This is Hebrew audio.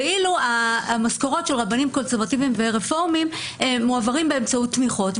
ואילו המשכורות של רבנים קונסרבטיבים ורפורמים מועברים באמצעות תמיכות.